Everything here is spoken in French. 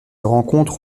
rencontre